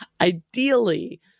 Ideally